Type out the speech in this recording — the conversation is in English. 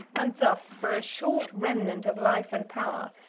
and thus, for a short remnant of life and power,